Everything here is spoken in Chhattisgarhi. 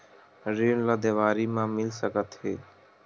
ऋण ला देवारी मा मिल सकत हे